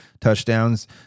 touchdowns